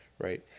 right